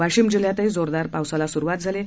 वाशिम जिल्ह्यातही जोरदार पावसाला सुरुवात झाली आहे